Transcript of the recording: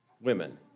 women